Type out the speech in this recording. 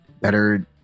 better